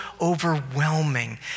overwhelming